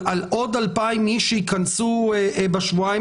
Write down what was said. על עוד 2,000 אנשים שייכנסו בשבועיים